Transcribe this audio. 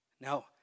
Now